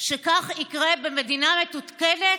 שכך יקרה במדינה מתוקנת?